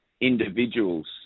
individuals